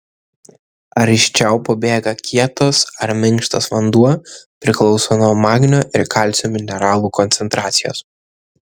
ar iš čiaupo bėga kietas ar minkštas vanduo priklauso nuo magnio ir kalcio mineralų koncentracijos